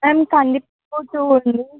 ma'am కందిపప్పు ఉంది